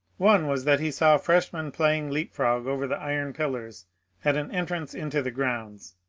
one was that he saw freshmen playing leap frog over the iron pillars at an entrance into the grounds.